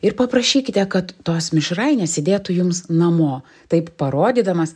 ir paprašykite kad tos mišrainės įdėtų jums namo taip parodydamas